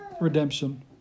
redemption